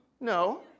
no